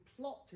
plot